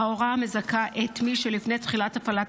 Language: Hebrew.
ההוראה המזכה את מי שלפני תחילת הפעלת